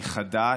היא חדה,